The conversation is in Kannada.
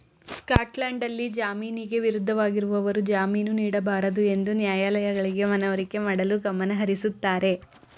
ಸ್ಕಾಟ್ಲ್ಯಾಂಡ್ನಲ್ಲಿ ಜಾಮೀನಿಗೆ ವಿರುದ್ಧವಾಗಿರುವವರು ಜಾಮೀನು ನೀಡಬಾರದುಎಂದು ನ್ಯಾಯಾಲಯಗಳಿಗೆ ಮನವರಿಕೆ ಮಾಡಲು ಗಮನಹರಿಸುತ್ತಾರೆ